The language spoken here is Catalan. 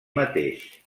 mateix